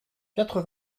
quatre